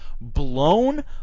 blown